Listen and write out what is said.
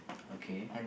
okay